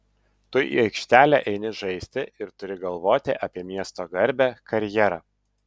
tu į aikštelę eini žaisti ir turi galvoti apie miesto garbę karjerą